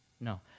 No